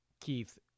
Keith